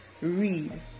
read